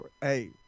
hey